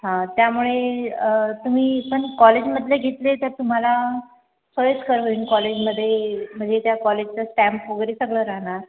त्यामुळे तुम्ही पण कॉलेजमधले घेतले तर तुम्हाला कळेच कळवेन कॉलेजमध्ये म्हणजे त्या कॉलेजचा स्टॅम्प वगैरे सगळं राहणार